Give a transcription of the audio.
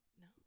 No